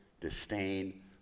disdain